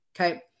Okay